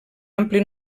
ampli